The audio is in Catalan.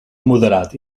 moderat